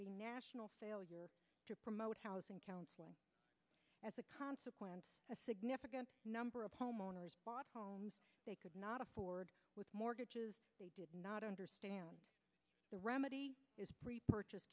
a national failure to promote housing counseling as a consequence a significant number of homeowners they could not afford with mortgages they did not understand the remedy is repurchased